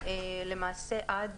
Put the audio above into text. עד